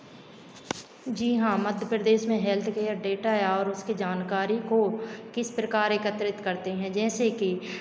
जी हाँ मध्य प्रदेश में healthcare data और उसकी जानकारी को किस प्रकार एकत्रित करते हैं जैसे कि